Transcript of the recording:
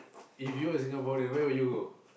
if you were Singaporean where would you go